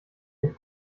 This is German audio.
den